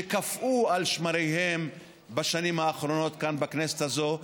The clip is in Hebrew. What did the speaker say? שקפאו על שמריהם בשנים האחרונות כאן בכנסת הזאת,